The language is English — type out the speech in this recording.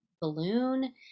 balloon